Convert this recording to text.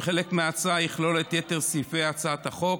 וחלק מההצעה יכלול את יתר סעיפי הצעת החוק.